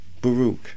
Baruch